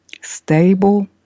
stable